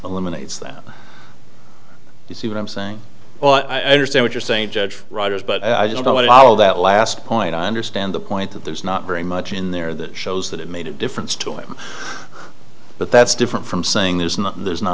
eliminates that you see what i'm saying well i understand what you're saying judge riders but i don't know what all of that last point i understand the point that there's not very much in there that shows that it made a difference to him but that's different from saying there's not there's not